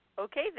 Okay